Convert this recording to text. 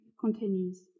continues